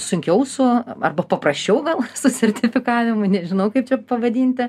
sunkiau su arba paprasčiau gal su sertifikavimu nežinau kaip čia pavadinti